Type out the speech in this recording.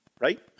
right